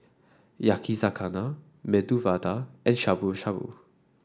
Yakizakana Medu Vada and Shabu Shabu